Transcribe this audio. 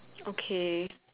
okay